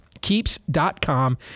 keeps.com